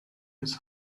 his